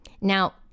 Now